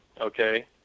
okay